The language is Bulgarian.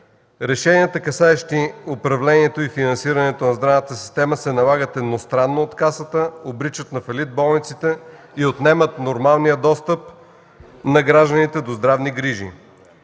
Решенията, касаещи управлението и финансирането на здравната система, се налагат едностранно от Касата, обричат на фалит болниците и отнемат нормалния достъп на гражданите до здравни грижи.